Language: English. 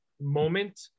moment